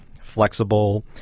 flexible